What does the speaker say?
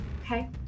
okay